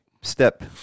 step